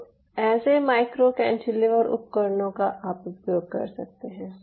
अब ऐसे micro cantilever उपकरणों का आप उपयोग कर सकते हैं